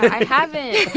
i haven't.